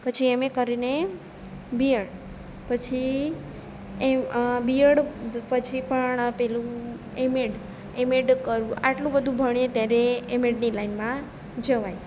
પછી એમએ કરીને બીએડ પછી એ બીએડ પછી પણ પેલું એમએડ એમએડ કરવું આટલું બધું ભણીએ ત્યારે એમએડની લાઈનમાં જવાય